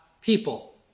people